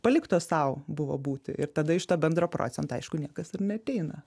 paliktos sau buvo būti ir tada iš to bendro procento aišku niekas ir neateina